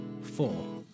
four